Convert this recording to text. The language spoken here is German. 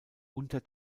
unter